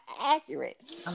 accurate